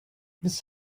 was